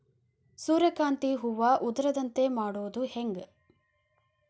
ಸೂರ್ಯಕಾಂತಿ ಹೂವ ಉದರದಂತೆ ಮಾಡುದ ಹೆಂಗ್?